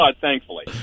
thankfully